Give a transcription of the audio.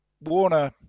Warner